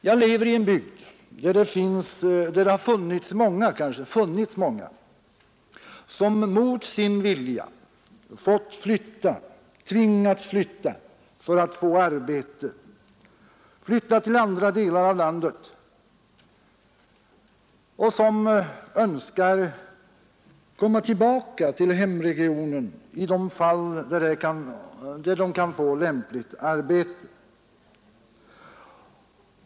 Jag lever i en bygd där många människor mot sin vilja har fått flytta till andra delar av landet för att få arbete och som önskar komma tillbaka till hemregionen om de kan få lämpligt arbete där.